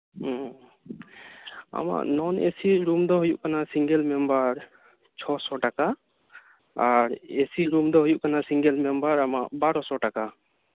ᱟᱢᱟᱜ ᱱᱚᱱ AC room ᱫᱚ ᱦᱩᱭᱩᱜ ᱠᱟᱱᱟ ᱥᱤᱝᱜᱮᱞ ᱢᱮᱢᱵᱟᱨ ᱛᱩᱨᱩᱭ ᱥᱟᱭ ᱴᱟᱠᱟ ᱟᱨ ᱮᱥᱤ ᱨᱩᱢ ᱫᱚ ᱦᱩᱭᱩᱜ ᱠᱟᱱᱟ ᱥᱤᱝᱜᱮᱞ ᱢᱮᱢᱵᱟᱨ ᱟᱢᱟᱜ ᱜᱮᱞ ᱵᱟᱨ ᱥᱟᱭ ᱴᱟᱠᱟ